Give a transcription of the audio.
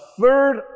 third